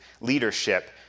leadership